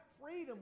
freedom